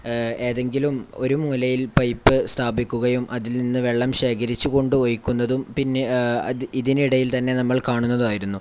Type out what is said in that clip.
ഏതെങ്കിലും ഒരു മൂലയിൽ പൈപ്പ് സ്ഥാപിക്കുകയും അതിൽ നിന്ന് വെള്ളം ശേഖരിച്ച് കൊണ്ടുപോയി ഒഴിക്കുന്നതും പിന്നെ ഇതിനിടയിൽ തന്നെ നമ്മൾ കാണുന്നതുമായിരുന്നു